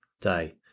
day